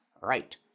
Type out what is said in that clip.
Right